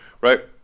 right